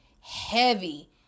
heavy